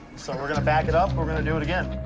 so we're gonna back it up. we're we're gonna do it again.